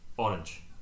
Orange